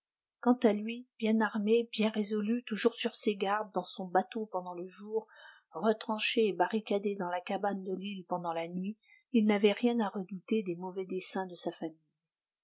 quant à lui bien armé bien résolu toujours sur ses gardes dans son bateau pendant le jour retranché et barricadé dans la cabane de l'île pendant la nuit il n'avait rien à redouter des mauvais desseins de sa famille